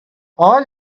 all